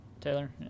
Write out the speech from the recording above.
Taylor